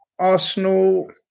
Arsenal